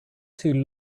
too